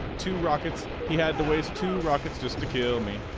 two rockets yeah getaways two rockets is to kill me